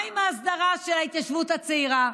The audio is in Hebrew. מה עם ההסדרה של ההתיישבות הצעירה?